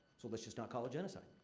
so, let's just not call it genocide.